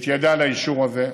את ידה לאישור הזה,